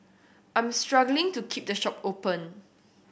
I am struggling to keep the shop open